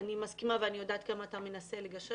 אני מסכימה ואני יודעת כמה אתה מנסה לגשר